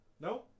No